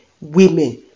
women